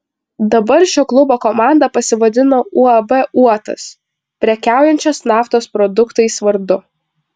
dabar šio klubo komanda pasivadino uab uotas prekiaujančios naftos produktais vardu